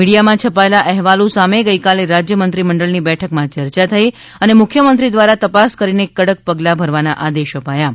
મીડિયામાં છપાયેલા અહેવાલો સામે ગઈકાલે રાજ્ય મંત્રી મંડળની બેઠકમાં ચર્ચા થઈ હતી અને મુખ્ય મંત્રી દ્વારા તપાસ કરીને કડક પગલાં ભરવાના આદેશ અપાયા છે